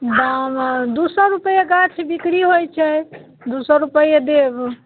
दाम दू सए रुपये गाछ बिक्री होइत छै दू सए देब